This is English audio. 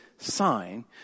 Sign